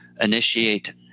initiate